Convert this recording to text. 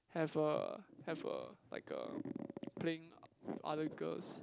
have a have a like a playing other girls